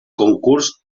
concurs